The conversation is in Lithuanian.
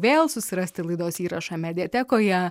vėl susirasti laidos įrašą mediatekoje